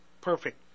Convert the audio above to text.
perfect